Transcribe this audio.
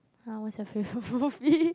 !huh! what's your favourite movie